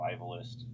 survivalist